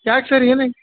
ಯಾಕೆ ಸರ್ ಏನಾಯ್ತ್